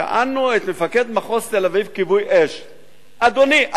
שאלנו את מפקד כיבוי-אש במחוז תל-אביב: אדוני,